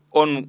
on